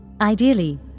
Ideally